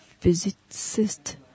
physicist